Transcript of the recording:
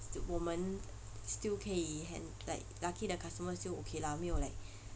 st~ 我们 still 可以 like lucky the customer still okay lah 没有 like